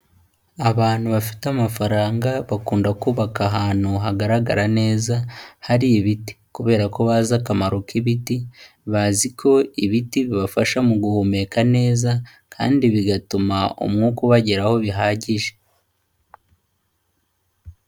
Abantu bafite amafaranga bakunda kubaka ahantu hagaragara neza hari ibiti kubera ko bazi akamaro k'ibiti, bazi ko ibiti bibafasha mu guhumeka neza kandi bigatuma umwuka ubageraho bihagije.